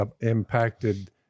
impacted